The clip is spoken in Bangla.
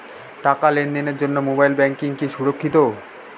টাকা লেনদেনের জন্য মোবাইল ব্যাঙ্কিং কি সুরক্ষিত?